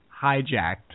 hijacked